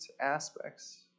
aspects